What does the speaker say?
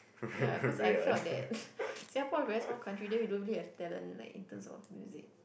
ya cause I felt that Singapore is a very small country then we don't really have talent like in terms of music